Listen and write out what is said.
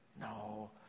No